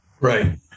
Right